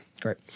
Great